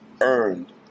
earned